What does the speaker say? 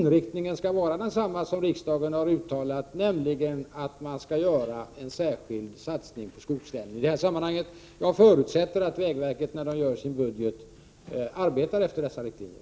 Inriktningen skall vara densamma som riksdagen har uttalat, nämligen att det skall göras en särskild satsning på skogslänen. När vägverket gör sin budget förutsätter jag att man arbetar efter dessa riktlinjer.